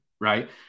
right